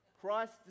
Christ